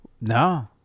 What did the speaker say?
No